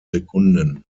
sekunden